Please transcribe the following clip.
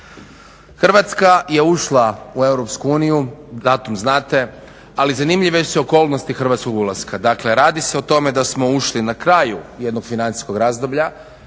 Hrvatska je ušla u EU, datum znate ali zanimljive su okolnosti hrvatskog ulaska. Dakle, radi se o tome da smo ušli na kraju jednog financijskog razdoblja